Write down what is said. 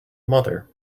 mother